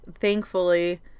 thankfully